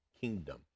kingdom